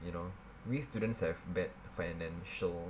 you know we students have bad financial